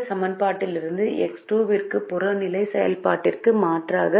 இந்த சமன்பாட்டிலிருந்து X2 க்கு புறநிலை செயல்பாட்டிற்கு மாற்றாக